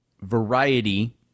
Variety